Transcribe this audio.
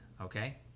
Okay